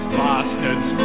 bastards